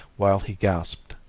while he gasped.